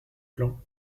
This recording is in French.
plan